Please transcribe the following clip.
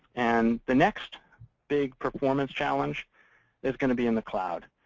and the next big performance challenge is going to be in the cloud.